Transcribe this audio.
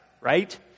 right